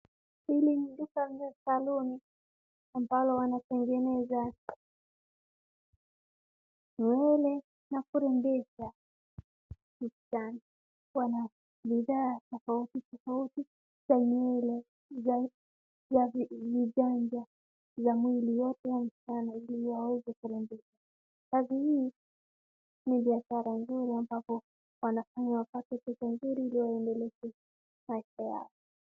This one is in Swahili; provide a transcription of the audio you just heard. Hili ni duka la saluni ambalo wanatengeneza nywele na kurembesha msichana. Wana bidhaa tofautitofauti za nywele za vijanja za mwili watu wanajipaka ili waweze kurembeka. Kazi hii ni biashara nzuri ambapo wanafanya wapate pesa nzuri ili waendeleshe maisha yao.